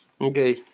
Okay